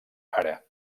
ara